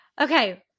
Okay